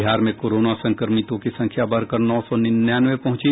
बिहार में कोरोना संक्रमितों की संख्या बढ़कर नौ सौ निन्यानवे पहुंची